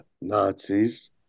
Nazis